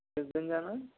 किस दिन जाना है